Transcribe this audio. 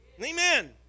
Amen